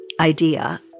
idea